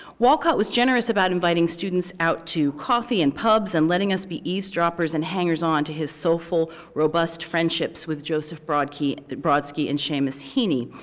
walcott was generous about inviting students out to coffee in pubs and letting us be eaves droppers and hangers on to his soulful, robust friendships with joseph brodsky brodsky and seamus heaney,